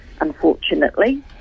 unfortunately